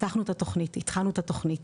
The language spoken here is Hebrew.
התחלנו את התוכנית.